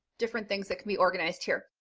different things that can be organized here.